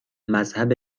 مذهب